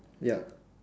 ya